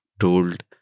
told